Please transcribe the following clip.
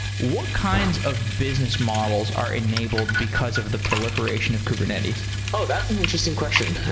what kinds of business models are enabled because of the proliferation of kubernetes? oh! that's an interesting question.